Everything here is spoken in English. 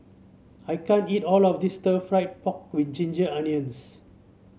I can't eat all of this Stir Fried Pork with Ginger Onions